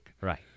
Right